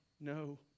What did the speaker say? no